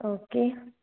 okay